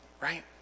right